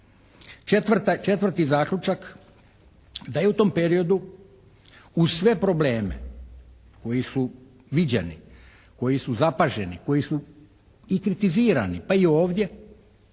četvrti zaključak da je u tom periodu uz sve probleme koji su viđeni, koji su zapaženi, koji su i kritizirani pa i ovdje